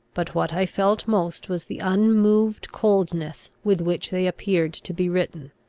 but what i felt most was the unmoved coldness with which they appeared to be written.